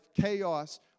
chaos